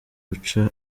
buca